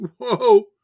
Whoa